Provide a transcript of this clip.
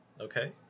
Okay